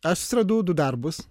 aš susiradau du darbus